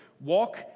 Walk